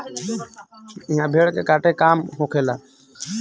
इहा भेड़ के काटे के काम होखेला